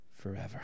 forever